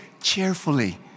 cheerfully